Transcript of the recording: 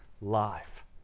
life